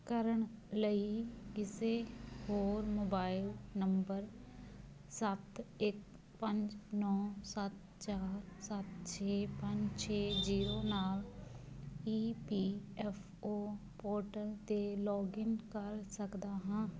ਕਰਨ ਲਈ ਕਿਸੇ ਹੋਰ ਮੋਬਾਈਲ ਨੰਬਰ ਸੱਤ ਇੱਕ ਪੰਜ ਨੌਂ ਸੱਤ ਚਾਰ ਸੱਤ ਛੇ ਪੰਜ ਛੇ ਜੀਰੋ ਨਾਲ E P F O portal 'ਤੇ ਲੌਗਇਨ ਕਰ ਸਕਦਾ ਹਾਂ